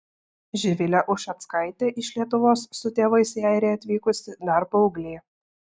živilė ušeckaitė iš lietuvos su tėvais į airiją atvykusi dar paauglė